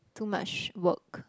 too much work